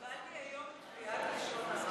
קיבלתי היום תביעת לשון הרע,